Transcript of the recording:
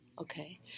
Okay